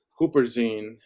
Hooperzine